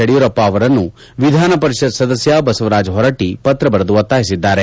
ಯುಡಿಯೂರಪ್ಪ ಅವರನ್ನು ವಿಧಾನ ಪರಿಷತ್ ಸದಸ್ಯ ಬಸವರಾಜ ಹೊರಟ್ಟಿ ಪತ್ರ ಬರೆದು ಒತ್ತಾಯಿಸಿದ್ದಾರೆ